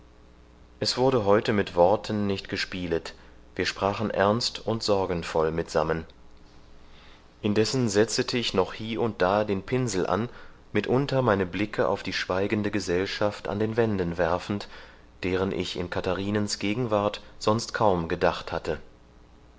es wurde heute mit worten nicht gespielet wir sprachen ernst und sorgenvoll mitsammen indessen setzete ich noch hie und da den pinsel an mitunter meine blicke auf die schweigende gesellschaft an den wänden werfend deren ich in katharinens gegenwart sonst kaum gedacht hatte